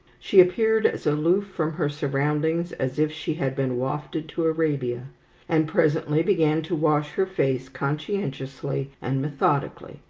she appeared as aloof from her surroundings as if she had been wafted to arabia and presently began to wash her face conscientiously and methodically,